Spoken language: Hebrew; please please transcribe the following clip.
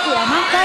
גברתי